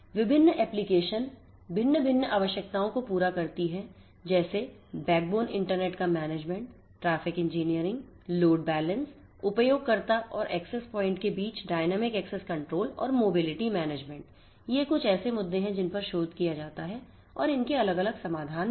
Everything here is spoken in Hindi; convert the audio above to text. भिन्न भिन्न आवश्यकताओं को पूरा करती हैं जैसे बैकबोन इंटरनेट का management traffic engineering load balance उपयोगकर्ता और एक्सेस प्वाइंट के बीच डायनेमिक एक्सेस कंट्रोल और मोबिलिटी मैनेजमेंट ये कुछ ऐसे मुद्दे हैं जिन पर शोध किया जाता है और इनके अलग अलग समाधान भी हैं